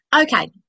Okay